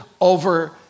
over